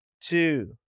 two